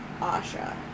Asha